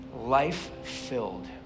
life-filled